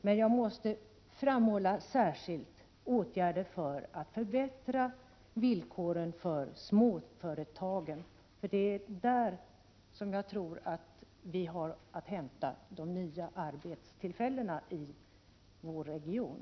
Men jag måste ändå särskilt framhålla åtgärder för att förbättra villkoren för småföretagen, för det är där som jag tror att vi har att hämta de nya arbetstillfällena i vår region.